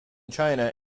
china